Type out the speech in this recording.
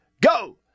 go